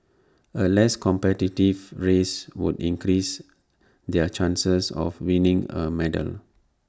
A less competitive race would increase their chances of winning A medal